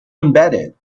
embedded